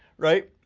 right?